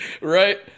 right